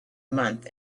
month